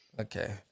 Okay